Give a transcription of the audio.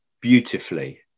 beautifully